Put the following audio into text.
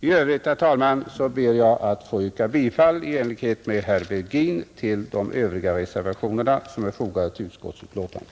I övrigt kommer jag, herr talman, att liksom herr Virgin yrka bifall till de övriga reservationer som är fogade till utskottsbetänkandet.